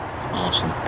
Awesome